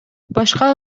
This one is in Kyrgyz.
башка